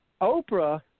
Oprah